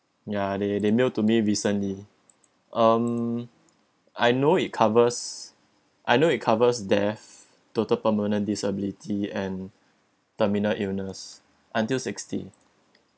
ya they they mailed to me recently um I know it covers I know it covers death total permanent disability and terminal illness until sixty